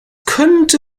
könnte